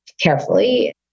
carefully